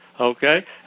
okay